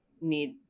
need